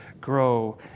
grow